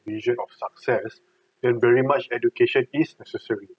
vision of success than very much education is necessary